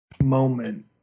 moment